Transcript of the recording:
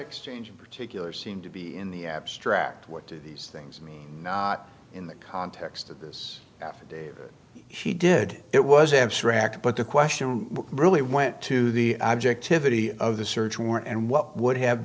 exchanged particular seem to be in the abstract what do these things mean in the context of this affidavit she did it was abstract but the question really went to the objectivity of the search warrant and what would have